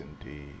indeed